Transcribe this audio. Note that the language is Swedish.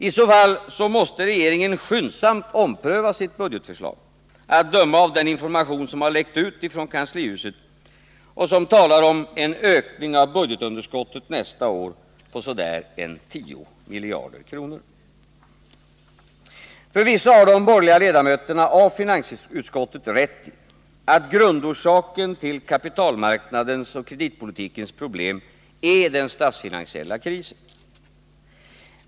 I så fall måste regeringen skyndsamt ompröva sitt budgetförslag, att döma av den information som har läckt ut från kanslihuset om en ökning av budgetunderskottet nästa år på ungefär 10 miljarder kronor. Förvisso har de borgerliga ledamöterna av finansutskottet rätt i att grundorsaken till kapitalmarknadens och kreditpolitikens problem är den statsfinansiella krisen.